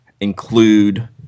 include